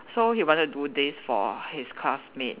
so he wanted do this for his classmate